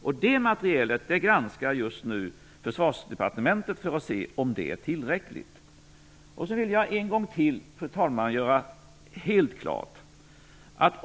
Försvarsdepartementet granskar just nu detta material för att se om det är tillräckligt. Fru talman! Jag vill ännu en gång göra följande helt klart.